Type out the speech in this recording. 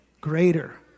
greater